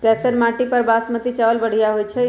कैसन माटी पर बासमती चावल बढ़िया होई छई?